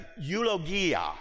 eulogia